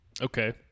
Okay